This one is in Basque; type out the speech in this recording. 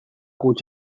huts